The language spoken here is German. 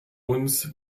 uns